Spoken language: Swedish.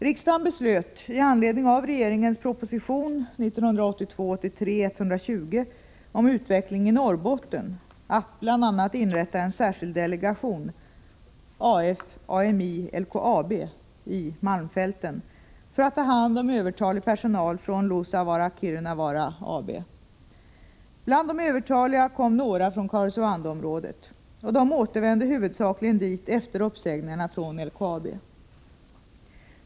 Riksdagen beslöt i anledning av regeringens proposition 1982 Ami LKAB i Malmfälten — för att ta hand om övertalig personal från Luossavaara Kirunavaara AB . Bland de övertaliga kom några från Karesuandoområdet, och de återvände huvudsakligen dit efter uppsägningarna från LKAB.